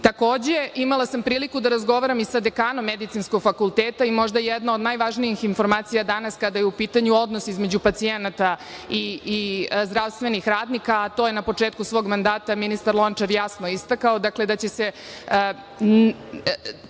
temi. Takođe, imala sam priliku da razgovaram i sa dekanom medicinskog fakulteta i možda jedna od najvažnijih informacija danas kada je u pitanju odnos između pacijenata i zdravstvenih radnika, a to je na početku svog mandata ministar Lončar jasno istakao da će se